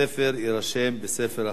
בעד 11, נגד ונמנעים,